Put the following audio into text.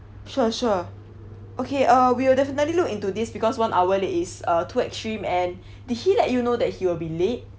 sure sure okay uh we'll definitely look into this because one hour late is uh too extreme and did he let you know that he will be late